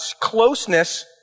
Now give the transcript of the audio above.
closeness